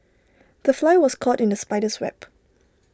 the fly was caught in the spider's web